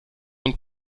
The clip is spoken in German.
und